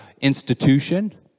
institution